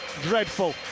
dreadful